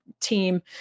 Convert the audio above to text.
team